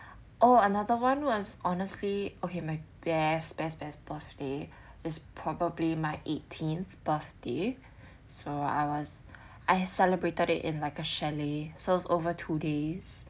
oh another one was honestly okay my best best best birthday is probably my eighteenth birthday so I was I had celebrated it in like a chalet so over two days